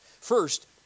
First